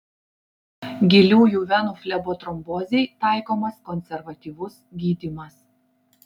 giliųjų venų flebotrombozei taikomas konservatyvus gydymas